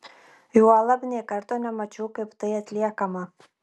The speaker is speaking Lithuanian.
juolab nė karto nemačiau kaip tai atliekama